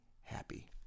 happy